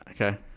Okay